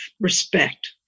respect